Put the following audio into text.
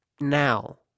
now